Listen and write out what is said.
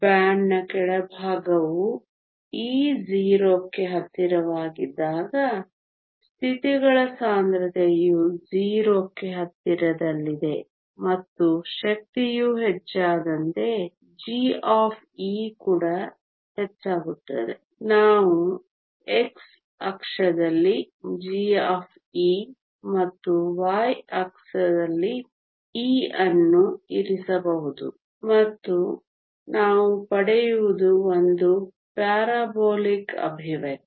ಬ್ಯಾಂಡ್ನ ಕೆಳಭಾಗವು e 0 ಕ್ಕೆ ಹತ್ತಿರವಾಗಿದ್ದಾಗ ಸ್ಥಿತಿಗಳ ಸಾಂದ್ರತೆಯು 0 ಕ್ಕೆ ಹತ್ತಿರದಲ್ಲಿದೆ ಮತ್ತು ಶಕ್ತಿಯು ಹೆಚ್ಚಾದಂತೆ g ಕೂಡ ಹೆಚ್ಚಾಗುತ್ತದೆ ನಾವು x ಅಕ್ಷದಲ್ಲಿ g ಮತ್ತು y ಅಕ್ಷದಲ್ಲಿ E ಅನ್ನು ಇರಿಸಬಹುದು ಮತ್ತು ನಾವು ಪಡೆಯುವುದು ಒಂದು ಪ್ಯಾರಾಬೋಲಿಕ್ ಎಕ್ಸ್ಪ್ರೆಶನ್